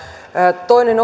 toinen